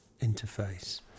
interface